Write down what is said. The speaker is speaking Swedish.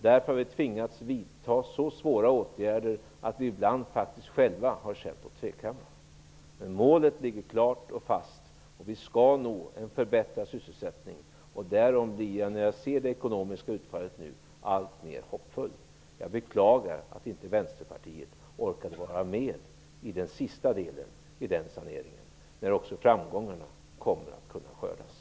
Därför har vi tvingats vidta så svåra åtgärder att vi ibland faktiskt själva har känt oss tveksamma. Men målet ligger klart och fast, att vi skall nå en förbättrad sysselsättning, och därom blir jag nu när jag ser det ekonomiska utfallet alltmer hoppfull. Jag beklagar att Vänsterpartiet inte orkade vara med i den sista delen av saneringen, när också framgångarna kommer att kunna skördas.